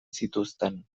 zituzten